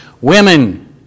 Women